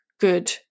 good